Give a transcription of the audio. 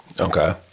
okay